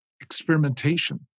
experimentation